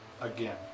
Again